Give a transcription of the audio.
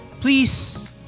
Please